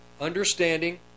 understanding